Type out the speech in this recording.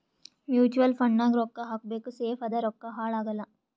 mutual fund ನಾಗ್ ರೊಕ್ಕಾ ಹಾಕಬೇಕ ಸೇಫ್ ಅದ ರೊಕ್ಕಾ ಹಾಳ ಆಗಲ್ಲ